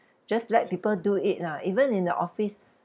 just let people do it lah even in the office